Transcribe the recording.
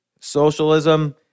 socialism